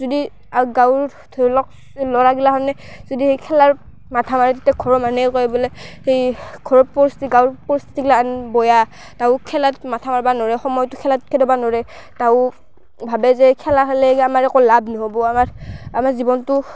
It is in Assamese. যদি গাঁৱৰ ধৰি ল'ক ল'ৰা গিলাখানে যদি খেলাৰ মাথা মাৰে তেতিয়া ঘৰৰ মানুহে কয় বোলে কি ঘৰত পৰিস্থিতি গাঁৱৰ পৰিস্থিতি গিলাখান বৈয়া তাহো খেলাত মাথা মাৰবা নৰেই সময়টো খেলাত খেদাবা ন'ৰে তাহোন ভাৱে যে খেলা খেলেই আমাৰ একো লাভ নহ'ব আমাৰ আমাৰ জীৱনটো